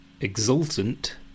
exultant